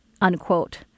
unquote